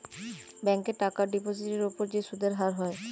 ব্যাংকে টাকার ডিপোজিটের উপর যে সুদের হার হয়